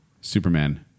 superman